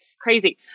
crazy